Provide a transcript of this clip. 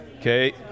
Okay